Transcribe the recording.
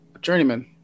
Journeyman